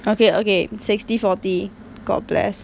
okay okay sixty forty god bless